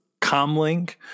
Comlink